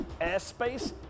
airspace